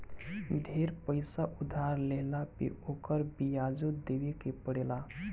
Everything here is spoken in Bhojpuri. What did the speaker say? ढेर पईसा उधार लेहला पे ओकर बियाजो देवे के पड़ेला